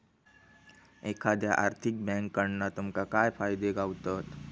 एखाद्या आर्थिक बँककडना तुमका काय फायदे गावतत?